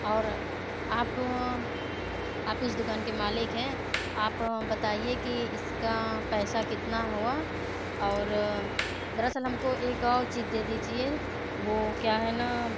और आप आप इस दुकान के मालिक हैं आप बताइए कि इसका पैसा कितना हुआ और दरअसल हमको एक और चीज दे दीजिए वो क्या है न